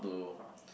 to